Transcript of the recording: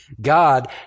God